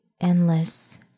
endless